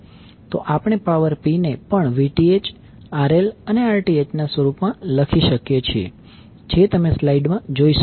તો આપણે power P ને પણ Vth RL અને Rth ના સ્વરૂપમાં લખી શકીએ છીએ જે તમે સ્લાઇડમાં જોઈ શકો છો